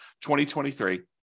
2023